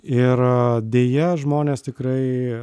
ir deja žmonės tikrai